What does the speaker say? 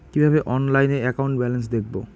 কিভাবে অনলাইনে account balance দেখবো?